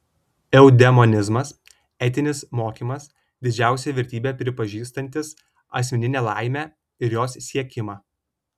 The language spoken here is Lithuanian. eudemonizmas etinis mokymas didžiausia vertybe pripažįstantis asmeninę laimę ir jos siekimą